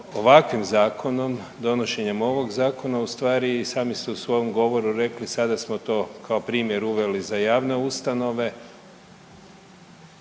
ovakvim zakonom, donošenjem ovog zakona ustvari sami ste u svom govoru rekli sada smo to kao primjer uveli za javne ustanove,